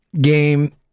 game